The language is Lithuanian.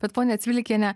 bet ponia cvilikiene